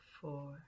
four